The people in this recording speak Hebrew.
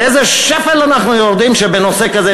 לאיזה שפל אנחנו יורדים שבנושא כזה,